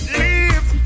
leave